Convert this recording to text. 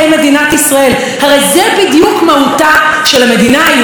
הרי זה בדיוק מהותה של המדינה היהודית והדמוקרטית.